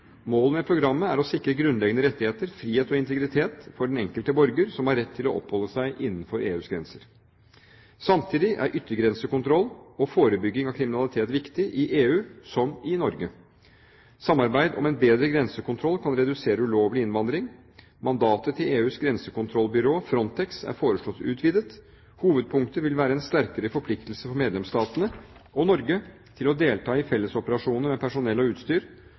Målet med programmet er å sikre grunnleggende rettigheter, frihet og integritet for den enkelte borger som har rett til å oppholde seg innenfor EUs grenser. Samtidig er yttergrensekontroll og forebygging av kriminalitet viktig, i EU som i Norge. Samarbeid om en bedre grensekontroll kan redusere ulovlig innvandring. Mandatet til EUs grensekontrollbyrå, Frontex, er foreslått utvidet. Hovedpunkter vil være en sterkere forpliktelse for medlemsstatene – og Norge – til å delta i fellesoperasjoner med personell og utstyr,